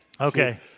okay